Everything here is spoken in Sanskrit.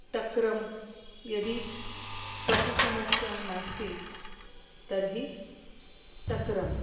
तक्रं यदि कफ़समस्या नास्ति तर्हि तक्रम्